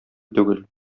түгел